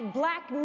black